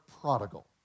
prodigal